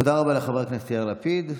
תודה רבה לחבר הכנסת יאיר לפיד.